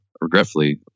regretfully